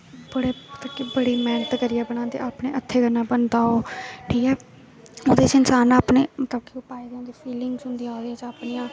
बड़ी मैहनत करियै बनांदे अपने हत्थे कन्नै बंनदा ओह् ठीक ऐ ओहदे च इंसान ने अपने फीलिंग होंदिया अपनी अपनी